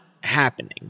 happening